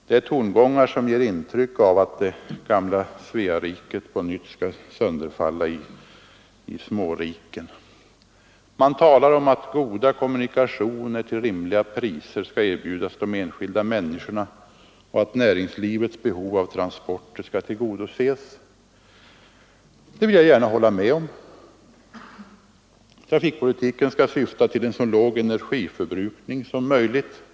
Det är tongångar som ger intryck av att det gamla Svea rike på nytt skall sönderfalla i småriken. Man talar om att goda kommunikationer till rimliga priser skall erbjudas de enskilda människorna och att näringslivets behov av transporter skall tillgodoses. Det vill jag gärna hålla med om. Trafikpolitiken skall syfta till så låg energiförbrukning som möjligt, säger man.